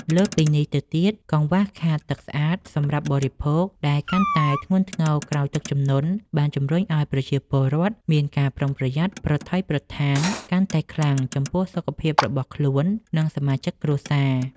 លើសពីនេះទៅទៀត កង្វះខាតទឹកស្អាតសម្រាប់បរិភោគដែលកាន់តែធ្ងន់ធ្ងរក្រោយទឹកជំនន់ បានជំរុញឱ្យប្រជាពលរដ្ឋមានការប្រថុយប្រថានកាន់តែខ្លាំងចំពោះសុខភាពរបស់ខ្លួន និងសមាជិកគ្រួសារ។